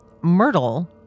Myrtle